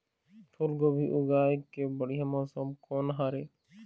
फूलगोभी उगाए के बढ़िया मौसम कोन हर ये?